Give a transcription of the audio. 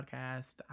podcast